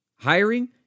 Hiring